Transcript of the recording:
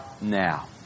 now